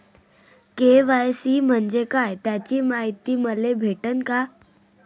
KYC म्हंजे काय त्याची मायती मले भेटन का?